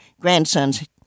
grandson's